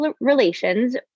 relations